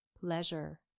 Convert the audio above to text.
pleasure